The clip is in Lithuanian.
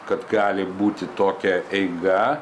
kad gali būti tokia eiga